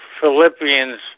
Philippians